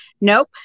nope